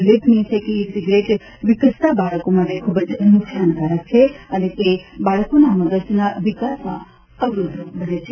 ઉલ્લેખનીય છે કે ઇ સિગારેટ વિકસતા બાળકો માટે ખૂબ જ નુકશાનકારક છે અને તે બાળકોના મગજના વિકાસમાં અવરોધરૂપ બને છે